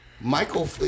Michael